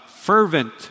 fervent